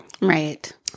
right